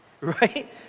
right